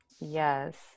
Yes